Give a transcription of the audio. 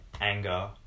anger